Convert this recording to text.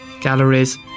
galleries